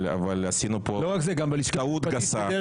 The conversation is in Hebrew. אבל עשינו טעות קשה --- לא רק זה,